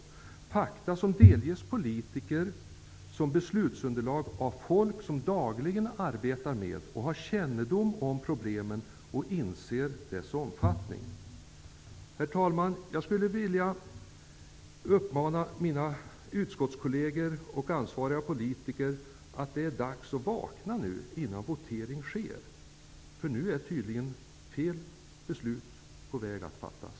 Det är fakta som delges politiker som beslutsunderlag, av folk som dagligen arbetar med och har kännedom om problemen och inser deras omfattning. Herr talman! Jag skulle vilja säga till mina utskottskolleger och ansvariga politiker att det är dags att vakna nu, innan votering sker. Nu är det tydligen fel beslut som är på väg att fattas.